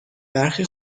برخی